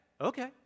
okay